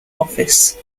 office